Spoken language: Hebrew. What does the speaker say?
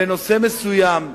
בנושא מסוים,